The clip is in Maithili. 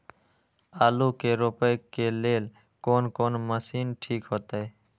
आलू के रोपे के लेल कोन कोन मशीन ठीक होते?